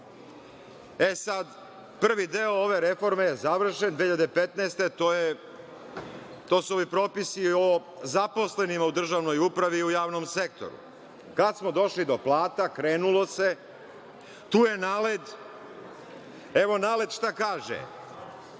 pare. Sada, prvi deo ove reforme je završen 2015. godine, to su ovi propisi o zaposlenima u državnoj upravi u javnom sektoru. Kada smo došli do plata, krenulo se, tu je NALED. Evo, NALED šta kaže